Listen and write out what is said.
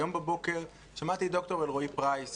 היום בבוקר שמעתי את ד"ר אלרעי פרייס,